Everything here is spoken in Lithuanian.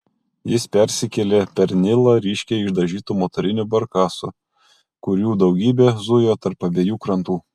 jis persikėlė per nilą ryškiai išdažytu motoriniu barkasu kurių daugybė zujo tarp abiejų krantų